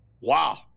wow